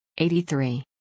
83